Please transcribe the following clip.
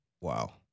Wow